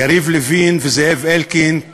יריב לוין וזאב אלקין,